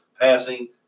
passing